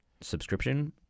subscription